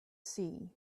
see